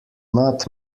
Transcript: not